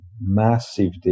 massive